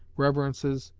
reverences,